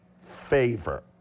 favor